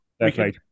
Okay